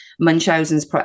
Munchausen's